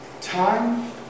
time